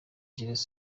jules